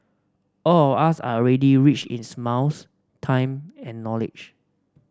all of us are already rich in smiles time and knowledge